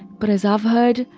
but as i've heard.